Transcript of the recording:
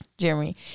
jeremy